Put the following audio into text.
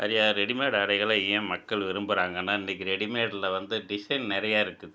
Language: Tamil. நிறையா ரெடிமேட் ஆடைகளை ஏன் மக்கள் விரும்புறாங்கன்னா இன்னைக்கி ரெடிமேட்டில வந்து டிசைன் நிறையா இருக்குது